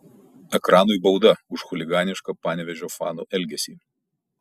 ekranui bauda už chuliganišką panevėžio fanų elgesį